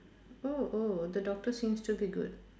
oh oh the doctor seems to be good